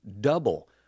Double